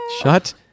Shut